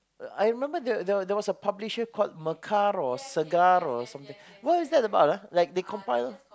I remember there there there was a publisher called Mekar or Segar or something what was that about ah like they compile